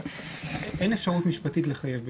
אין אפשרות משפטית לחייב בבדיקות.